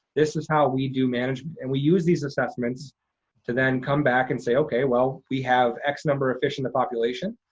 this is how we do manage, and we use these assessments to then come back and say, okay, well, we have x number of fish in the population.